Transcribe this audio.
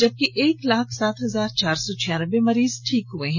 जबकि एक लाख सात हजार चार सौ छियानबे मरीज ठीक हो गए हैं